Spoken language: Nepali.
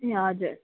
ए हजुर